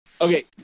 Okay